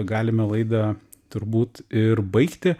galime laidą turbūt ir baigti